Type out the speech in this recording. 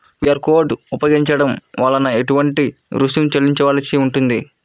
QR code ఉపయోగించటం వలన ఏటువంటి రుసుం చెల్లించవలసి ఉంటుంది?